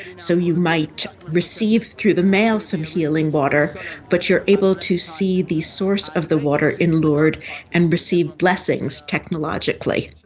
so you might receive through the mail some healing water but you are able to see the source of the water in lourdes and receive blessings technologically.